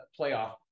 playoff